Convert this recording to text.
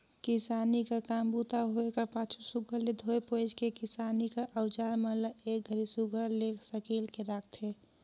किसानी कर काम बूता होए कर पाछू सुग्घर ले धोए पोएछ के किसानी कर अउजार मन ल एक घरी सुघर ले सकेल के राखथे